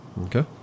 Okay